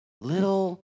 Little